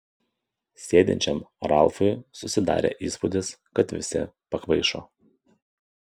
sėdinčiam ralfui susidarė įspūdis kad visi pakvaišo